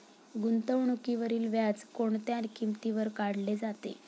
गुंतवणुकीवरील व्याज कोणत्या किमतीवर काढले जाते?